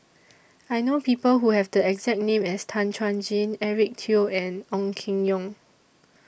I know People Who Have The exact name as Tan Chuan Jin Eric Teo and Ong Keng Yong